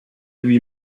lui